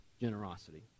generosity